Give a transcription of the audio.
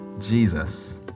Jesus